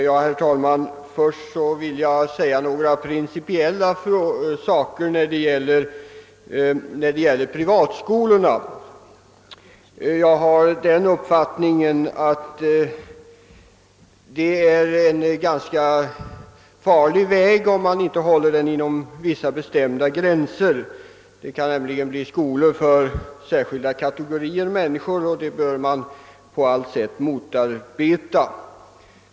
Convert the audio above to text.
Herr talman! Först vill jag framföra några principiella synpunkter beträffande privatskolorna. Jag har den uppfattningen, att det är ganska farligt om man inte håller sig inom vissa bestämda gränser, eftersom det annars kan uppstå skolor för särskilda kategorier människor, vilket på allt sätt bör förhindras.